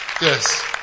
Yes